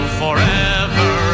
forever